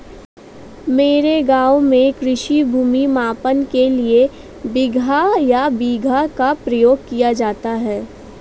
मेरे गांव में कृषि भूमि मापन के लिए बिगहा या बीघा का प्रयोग किया जाता है